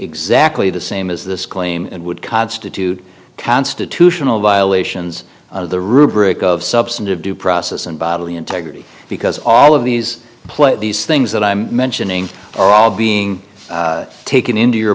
exactly the same as this claim and would constitute constitutional violations of the rubric of substantive due process and bodily integrity because all of these play these things that i'm mentioning are all being taken into your